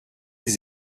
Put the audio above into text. des